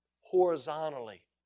horizontally